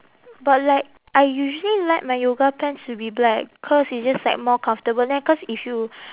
but like I usually like my yoga pants to be black cause it's just like more comfortable then cause if you